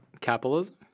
Capitalism